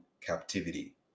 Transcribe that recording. captivity